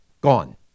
gone